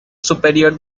superior